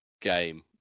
game